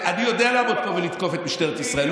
אני יודע לעמוד פה ולתקוף את משטרת ישראל,